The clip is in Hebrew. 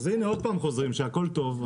אז הינה, עוד פעם חוזרים שהכול טוב.